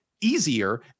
easier